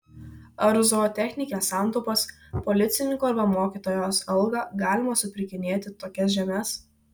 ar už zootechnikės santaupas policininko arba mokytojos algą galima supirkinėti tokias žemes